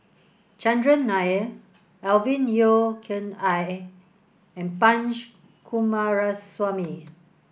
Chandran Nair Alvin Yeo Khirn Hai and Punch Coomaraswamy